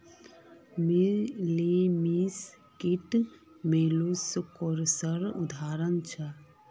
लिमस कीट मौलुसकासेर उदाहरण छीके